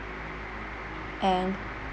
and